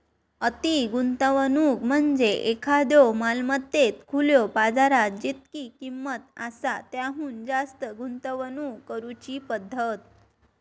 अति गुंतवणूक म्हणजे एखाद्यो मालमत्तेत खुल्यो बाजारात जितकी किंमत आसा त्याहुन जास्त गुंतवणूक करुची पद्धत